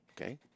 okay